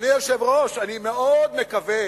אדוני היושב-ראש, אני מאוד מקווה